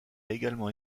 également